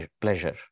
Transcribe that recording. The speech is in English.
pleasure